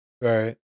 Right